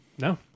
no